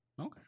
Okay